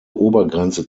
obergrenze